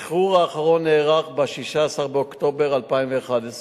השחרור האחרון נערך ב-16 באוקטובר 2011,